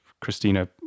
Christina